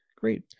Great